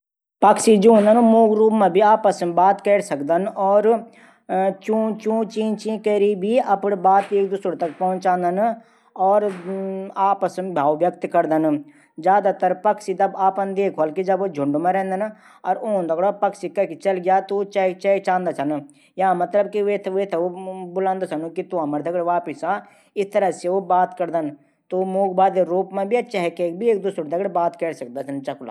पक्षी जू हूंदन मूक रूप मा भी आपस मा बात कैरी सकदन। और च्यूं च्यूं चीं चीं कैरी भी अपडी बात एक दूशर तक पहुंचादन। और आपस मा भाव व्यक्त कर दन। ज्यादातर पक्षी देखी होला जब ऊ झुंड मा रैदन। और ऊ दगडो पक्षी कखी चलिग्या तू चैखादा छन। या मतलब कि ऊ वैथे अपड पास बुलांदा छन। त ऊ मूक बाधिर रूप मा भी और चहकै भी आपस मा बात कैरी सकदा छन।